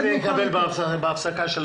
מה אני אקבל בהפסקה?